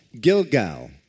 Gilgal